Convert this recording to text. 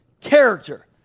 character